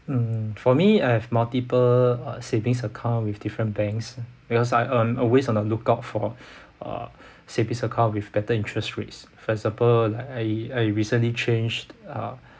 mm for me I have multiple uh savings account with different banks because I um always on the lookout for uh savings account with better interest rates for example like I I recently changed uh